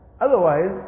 Otherwise